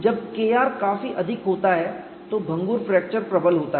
जब Kr काफी अधिक होता है तो भंगुर फ्रैक्चर प्रबल होता है